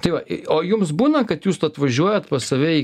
tai va o jums būna kad jūs atvažiuojat pas save į